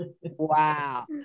wow